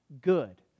Good